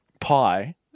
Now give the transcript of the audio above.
Pi